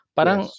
Parang